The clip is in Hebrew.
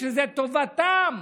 כשזו טובתם.